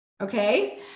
okay